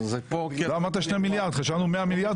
לא אמרת 2 מיליארד חשבנו 100 מיליארד